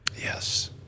Yes